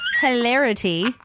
Hilarity